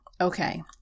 Okay